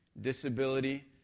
disability